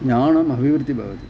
ज्ञानम् अभिवृद्धिः भवति